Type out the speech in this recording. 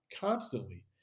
constantly